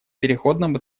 переходном